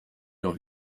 leur